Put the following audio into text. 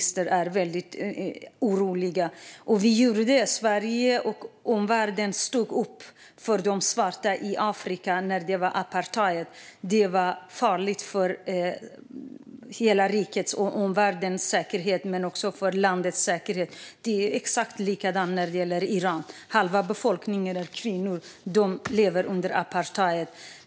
Sverige och omvärlden stod upp för de svarta i Sydafrika när det var apartheid - det ansågs farligt för både landets och omvärldens säkerhet. Det är exakt likadant när det gäller Iran. Halva befolkningen är kvinnor som lever under apartheid.